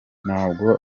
ntabwo